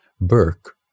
Burke